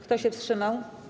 Kto się wstrzymał?